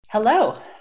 Hello